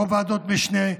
לא ועדות משנה,